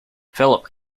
philip